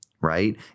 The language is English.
right